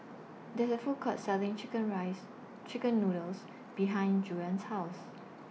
There IS A Food Court Selling Chicken Rice Chicken Noodles behind Juana's House